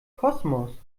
kosmos